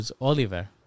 Oliver